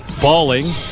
balling